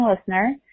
listener